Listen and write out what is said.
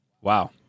Wow